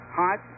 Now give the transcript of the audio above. hot